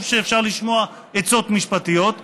טוב שאפשר לשמוע עצות משפטיות,